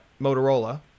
motorola